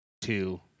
Two